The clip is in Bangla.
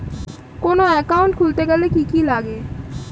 কোন একাউন্ট খুলতে গেলে কি কি লাগে?